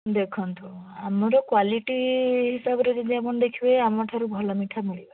ଦେଖନ୍ତୁ ଆମର କ୍ଵାଲିଟି ହିସାବରେ ଯଦି ଆପଣ ଦେଖିବେ ଆମ ଠାରୁ ଭଲ ମିଠା ମିଳିବନି